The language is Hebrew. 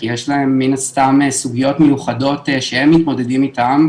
כי יש להם מן הסתם סוגיות מיוחדות שהם מתמודדים איתן,